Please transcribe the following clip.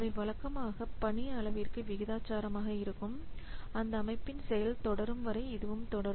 அவை வழக்கமாக பணி அளவிற்கு விகிதாசாரம் ஆக இருக்கும் அந்த அமைப்பின் செயல் தொடரும் வரை இதுவும் தொடரும்